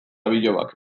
bilobak